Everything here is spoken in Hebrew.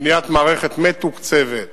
בניית מערכת מתוקצבת,